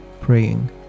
praying